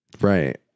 right